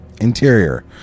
Interior